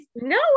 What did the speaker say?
no